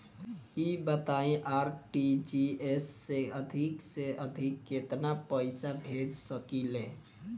ई बताईं आर.टी.जी.एस से अधिक से अधिक केतना पइसा भेज सकिले?